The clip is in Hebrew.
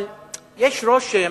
אבל יש רושם